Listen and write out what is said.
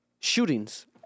shootings